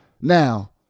Now